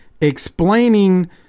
explaining